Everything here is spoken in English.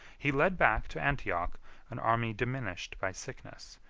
he led back to antioch an army diminished by sickness,